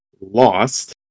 lost